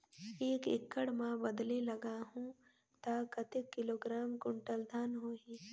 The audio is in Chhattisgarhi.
एक एकड़ मां बदले लगाहु ता कतेक किलोग्राम कुंटल धान होही?